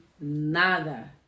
nada